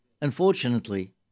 Unfortunately